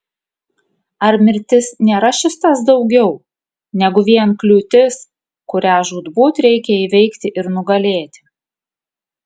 ar mirtis nėra šis tas daugiau negu vien kliūtis kurią žūtbūt reikia įveikti ir nugalėti